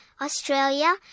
Australia